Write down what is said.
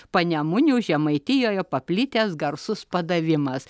panemunių žemaitijoje paplitęs garsus padavimas